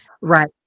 Right